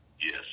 Yes